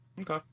Okay